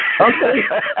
Okay